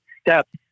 steps